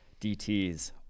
DTs